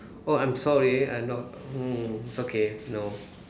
oh I'm sorry I'm not mm okay no